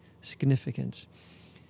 significance